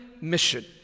mission